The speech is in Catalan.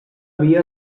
via